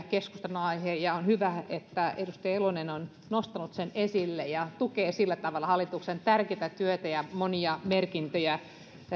keskustelunaihe ja on hyvä että edustaja elomaa on nostanut sen esille ja tukee sillä tavalla hallituksen tärkeätä työtä ja monia merkintöjä